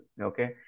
Okay